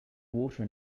water